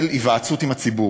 של היוועצות עם הציבור.